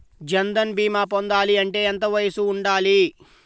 జన్ధన్ భీమా పొందాలి అంటే ఎంత వయసు ఉండాలి?